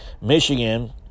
Michigan